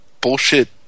bullshit